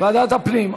ועדת הפנים.